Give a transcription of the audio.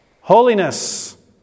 Holiness